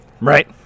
Right